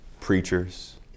preachers